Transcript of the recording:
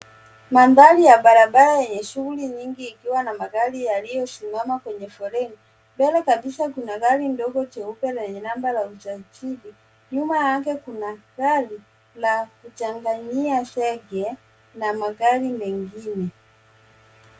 Manthari ya barabara yenye shuguli nyingi ikiwa na magari yakiyo simama . Kwenye foleni mbele kabisa kuna gari ndogo jeupe chenye numba ya usajili ,nyuma yake kuna gari la kuchangayia sege na magari mengine.